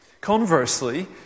Conversely